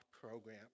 program